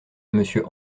monsieur